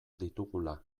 ditugula